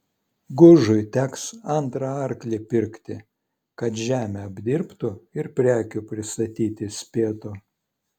gužui teks antrą arklį pirkti kad žemę apdirbtų ir prekių pristatyti spėtų